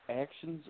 actions